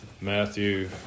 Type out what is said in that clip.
Matthew